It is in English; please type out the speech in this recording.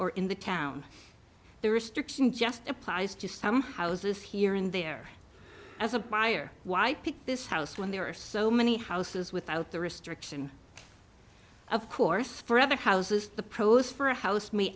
or in the town the restriction just applies to some houses here and there as a buyer why i picked this house when there are so many houses without the restriction of course for other houses the pros for a house me